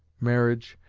marriage,